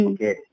Okay